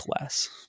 less